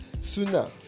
sooner